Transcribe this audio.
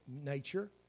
nature